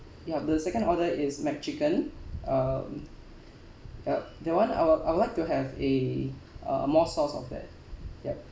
yup the second order is mcchicken uh uh that [one] I will I would like to have a uh more sauce of that yup